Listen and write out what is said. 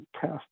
test